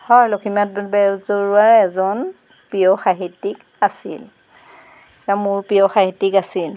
হয় লক্ষ্মীনাথ বে বেজৰুৱাৰ এজন প্ৰিয় সাহিত্যিক আছিল তেওঁ মোৰ প্ৰিয় সাহিত্যিক আছিল